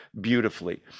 beautifully